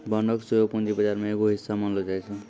बांडो के सेहो पूंजी बजार के एगो हिस्सा मानलो जाय छै